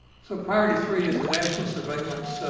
so priority three is a national surveillance,